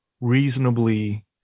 reasonably